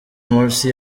morsi